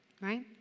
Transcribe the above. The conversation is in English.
right